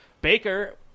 Baker